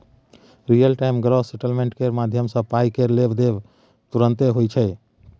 real time gross settlement केर माध्यमसँ पाइ केर लेब देब तुरते होइ छै